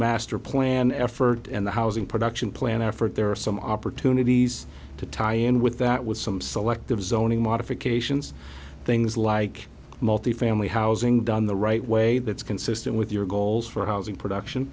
masterplan effort and the housing production plan effort there are some opportunities to tie in with that with some selective zoning modifications things like multi family housing done the right way that's consistent with your goals for housing